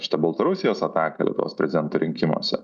šitą baltarusijos ataką lietuvos prezidento rinkimuose